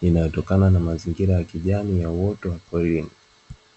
inayotokana na mazingira ya kijani ya uwoto wa asili.